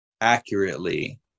accurately